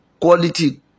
quality